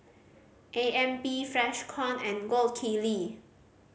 A M P Freshkon and Gold Kili